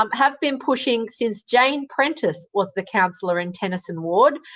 um have been pushing since jane prentice was the councillor in tennyson ward,